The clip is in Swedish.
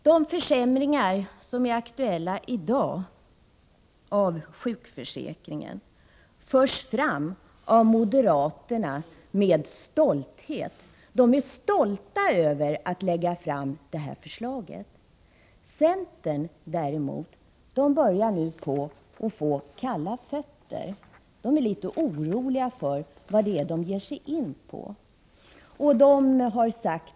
De försämringar av sjukförsäkringen som är aktuella i dag förs fram av moderaterna med stolthet. De är stolta över att lägga fram det här förslaget. Inom centern däremot börjar man nu få kalla fötter. Man är litet orolig för vad det är man ger sig in på.